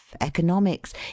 economics